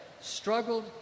struggled